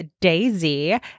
Daisy